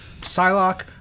Psylocke